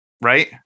right